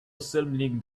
assembling